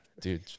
dude